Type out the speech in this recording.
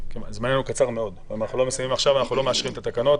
זמננו קצר מאוד ואם אנחנו לא מסיימים עכשיו אנחנו לא מאשרים את התקנות.